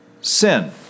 sin